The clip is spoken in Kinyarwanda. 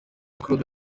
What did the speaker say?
claude